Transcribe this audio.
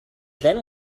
then